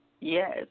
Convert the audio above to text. Yes